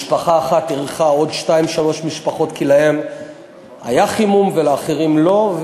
משפחה אחת אירחה עוד שתיים-שלוש משפחות כי להם היה חימום ולאחרים לא.